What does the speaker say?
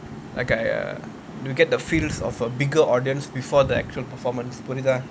like uh you get the feels of a bigger audience before the actual performance புரிதா:puritha